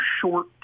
short